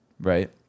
Right